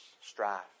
strife